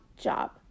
job